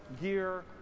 gear